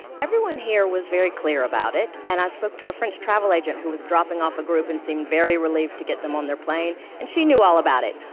everyone here was very clear about it. and i spoke to a french travel agent who was dropping off a group and seemed very relieved to get them on their plane. and she knew all about it.